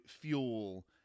Fuel